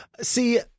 See